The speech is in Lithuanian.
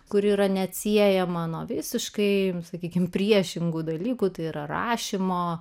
kuri yra neatsiejama nuo visiškai sakykime priešingų dalykų tai yra rašymo